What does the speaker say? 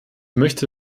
möchte